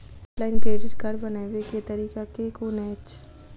Offline credit card बनाबै केँ तरीका केँ कुन अछि?